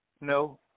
No